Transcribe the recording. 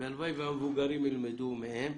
והלוואי והמבוגרים ילמדו מהם,